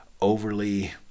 overly